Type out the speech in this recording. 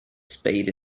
spade